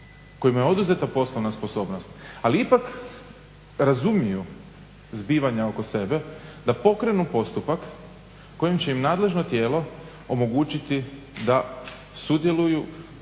kojima je oduzeta poslovna sposobnost ali ipak razumiju zbivanja oko sebe da pokrenu postupak kojim će im nadležno tijelo omogućiti da sudjeluju